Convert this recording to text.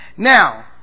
Now